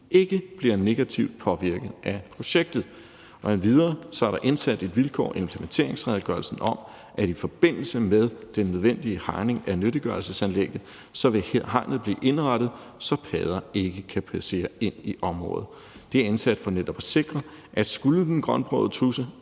ikke bliver negativt påvirket af projektet. Endvidere er der indsat et vilkår i implementeringsredegørelsen om, at i forbindelse med den nødvendige hegning af nyttiggørelsesanlægget vil hegnet blive indrettet, så padder ikke kan passere ind i området. Det er indsat for netop at sikre, at hvis den grønbrogede tudse